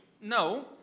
No